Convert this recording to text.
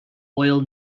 oil